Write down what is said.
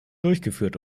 durchgeführt